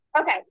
Okay